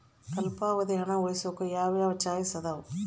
ಅಲ್ಪಾವಧಿ ಹಣ ಉಳಿಸೋಕೆ ಯಾವ ಯಾವ ಚಾಯ್ಸ್ ಇದಾವ?